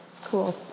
cool